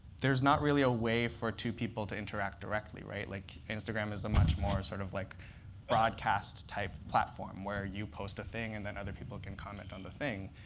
there's not really a way for two people to interact directly. like instagram is a much more sort of like broadcast-type platform, where you post a thing, and then other people can comment on the thing.